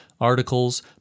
articles